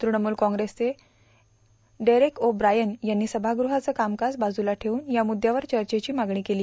तृणमूल कॉंग्रेसचे Derek O'Brien यांनी सभागृहार्ष कामकाज बाजूला ठेऊन या मुद्यावर चर्चेची मागणी केली